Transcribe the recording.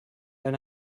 eine